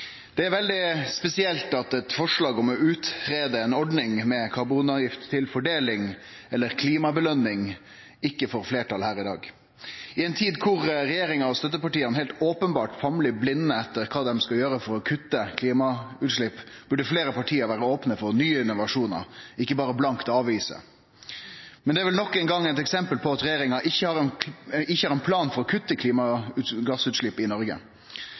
Det er veldig spesielt at eit forslag om å greie ut ei ordning med karbonavgift til fordeling, eller klimapåskjøning, ikkje får fleirtal her i dag. I ei tid da regjeringa og støttepartia heilt openbert famlar i blinde etter kva dei skal gjere for å kutte klimagassutslepp, burde fleire parti vere opne for nye innovasjonar, ikkje berre blankt avvise dei. Men det er vel nok ein gong eit eksempel på at regjeringa ikkje har ein plan for å kutte klimagassutsleppa i Noreg,